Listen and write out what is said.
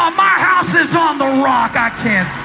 um my house is on the rock. i can't